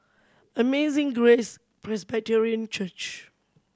Amazing Grace Presbyterian Church